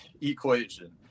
equation